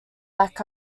back